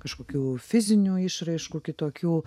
kažkokių fizinių išraiškų kitokių